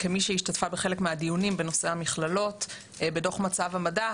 כמי שהשתתפה בחלק מהדיונים בנושא המכללות בדוח מצב המדע,